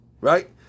Right